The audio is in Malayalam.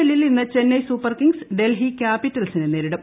എല്ലിൽ ഇന്ന് ചെന്നൈ സൂപ്പർ കിംഗ്സ് ഡൽഹി ക്യാപിറ്റൽസിനെ നേരിടും